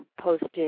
posted